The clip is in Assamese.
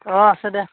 অঁ আছে দে